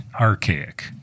archaic